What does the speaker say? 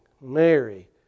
Mary